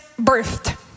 birthed